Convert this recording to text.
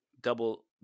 double